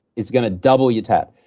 it's going to double your tab.